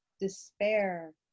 despair